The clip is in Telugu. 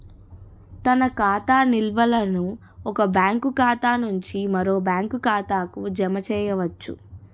తన ఖాతా నిల్వలను ఒక బ్యాంకు ఖాతా నుంచి మరో బ్యాంక్ ఖాతాకు జమ చేయవచ్చు